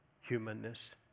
humanness